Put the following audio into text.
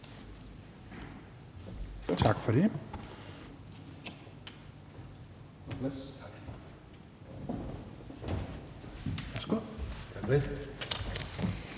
Tak for det.